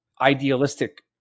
idealistic